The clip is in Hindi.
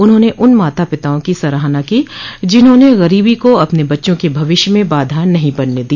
उन्होंने उन माता पिताओं की सराहना की जिन्होंने गरीबी को अपने बच्चों के भविष्य में बाधा नहीं बनने दिया